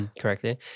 correctly